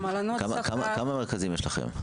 עם הלנות שכר --- כמה מרכזים יש לכם?